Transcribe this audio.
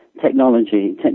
Technology